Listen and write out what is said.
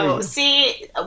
See